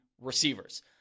receivers